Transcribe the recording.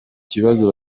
kibazo